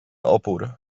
opór